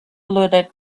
loaded